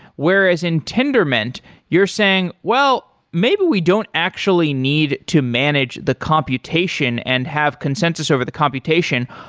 whereas in tendermint you're saying, well, maybe we don't actually need to manage the computation and have consensus over the computation.